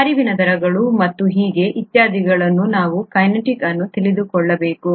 ಹರಿವಿನ ದರಗಳು ಮತ್ತು ಹೀಗೆ ಇತ್ಯಾದಿಗಳನ್ನು ನಾವು ಕೈನೆಟಿಕ್ ಅನ್ನು ತಿಳಿದುಕೊಳ್ಳಬೇಕು